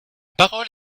parole